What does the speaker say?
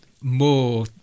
more